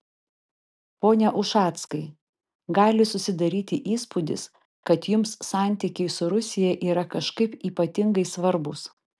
pone ušackai gali susidaryti įspūdis kad jums santykiai su rusija yra kažkaip ypatingai svarbūs